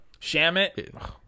Shamit